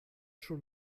schon